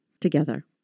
together